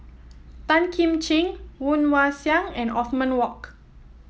Tan Kim Ching Woon Wah Siang and Othman Wok